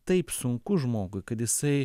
taip sunku žmogui kad jisai